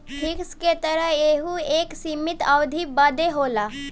fix के तरह यहू एक सीमित अवधी बदे होला